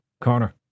corner